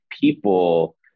people